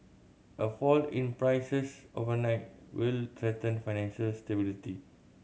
a fall in prices overnight will threaten financial stability